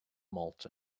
malt